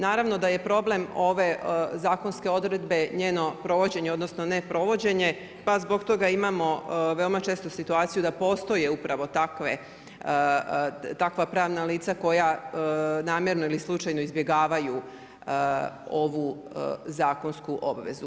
Naravno da je problem ove zakonske odredbe njeno provođenje odnosno ne provođenje pa zbog toga imamo veoma često situaciju da postoje upravo takva pravna lica koja namjerno ili slučajno izbjegavaju ovu zakonsku obvezu.